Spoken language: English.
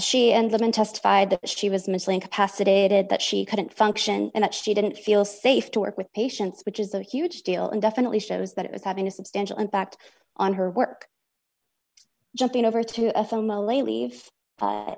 and them testified that she was mentally incapacitated that she couldn't function and that she didn't feel safe to work with patients which is a huge deal and definitely shows that it was having a substantial impact on her work jumping over to a